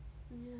uh ya